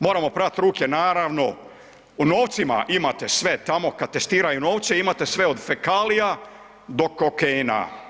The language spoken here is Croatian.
Moramo prati ruke naravno, u novcima imate sve tamo, kad testiraju novce, imate sve, od fekalija do kokaina.